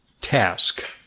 task